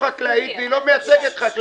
עשיתי ככה ואמרת לי --- אני חשבתי שיש לך הערה,